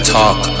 talk